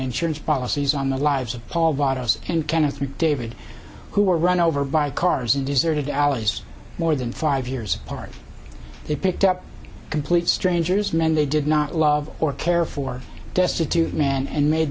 insurance policies on the lives of paul wattles and kenneth david who were run over by cars in deserted alleys more than five years apart they picked up complete strangers men they did not love or care for destitute man and made